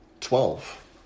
twelve